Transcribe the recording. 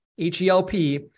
H-E-L-P